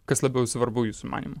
kas labiau svarbu jūsų manymu